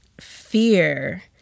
fear